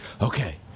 Okay